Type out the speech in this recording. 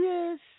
Yes